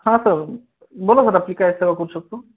हा सर बोला सर आपली काय सेवा करू शकतो